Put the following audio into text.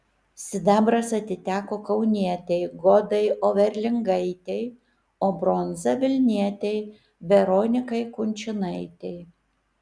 sidabras atiteko kaunietei godai overlingaitei o bronza vilnietei veronikai kunčinaitei